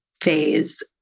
phase